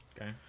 Okay